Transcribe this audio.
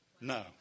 No